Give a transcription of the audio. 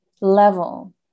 level